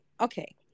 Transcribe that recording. Okay